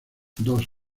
dos